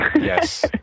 Yes